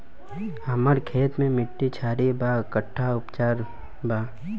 हमर खेत के मिट्टी क्षारीय बा कट्ठा उपचार बा?